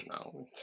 no